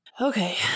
Okay